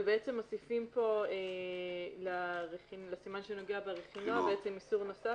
אבל בעצם מוסיפים פה לסימן שנוגע ברכינוע איסור נוסף